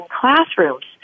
classrooms